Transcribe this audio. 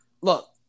look